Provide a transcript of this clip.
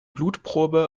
blutprobe